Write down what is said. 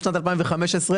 בשנת 2015,